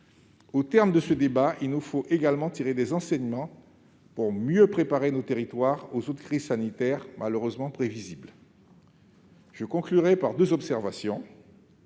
Au terme de ce débat, il nous faut également tirer des enseignements pour mieux préparer nos territoires aux autres crises sanitaires, malheureusement prévisibles. Je conclurai par deux observations.